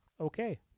okay